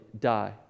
die